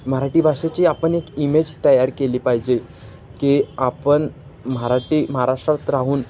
मराठी भाषेची आपण एक इमेज तयार केली पाहिजे की आपण मराठी महाराष्ट्रात राहून